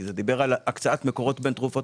כי זה דיבר על הקצאת מקורות בין תרופות